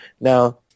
Now